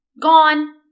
Gone